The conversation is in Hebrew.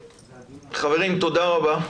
חברים, תודה רבה.